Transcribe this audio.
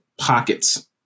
Pockets